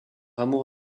amour